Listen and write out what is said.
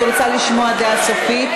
אני רוצה לשמוע דעה סופית.